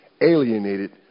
alienated